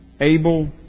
able